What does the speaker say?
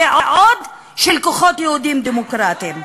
ועוד של כוחות יהודיים דמוקרטיים.